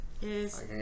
Yes